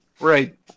Right